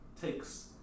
takes